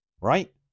right